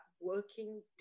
working